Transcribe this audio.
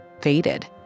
faded